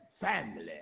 family